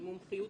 מומחיות